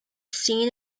seen